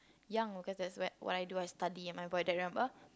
young okay that's where what I do I study at my void deck remember